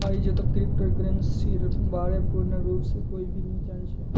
आईजतक क्रिप्टो करन्सीर बा र पूर्ण रूप स कोई भी नी जान छ